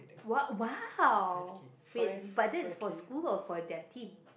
!wow! !wow! wait but that's for school or for their team